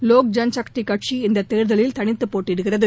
லோக் ஜனசக்தி கட்சி இந்தத் தேர்தலில் தனித்துப் போட்டியிடுகிறது